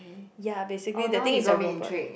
ya basically the thing is a robot